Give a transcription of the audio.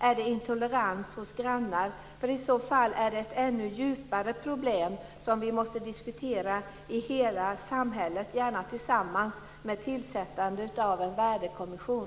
Är det intolerans hos grannar? I så fall är det ett ännu djupare problem som vi måste diskutera i hela samhället alla tillsammans med tillsättande av en värdekommission.